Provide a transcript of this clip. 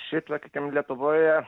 šiaip sakykim lietuvoje